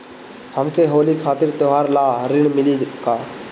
हमके होली खातिर त्योहार ला ऋण मिली का?